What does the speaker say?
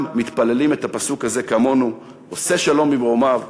מתפללים את הפסוק הזה כמונו: עושה שלום במרומיו,